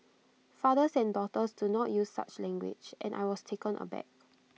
fathers and daughters do not use such language and I was taken aback